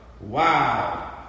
Wow